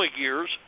years